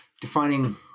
defining